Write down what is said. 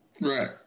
right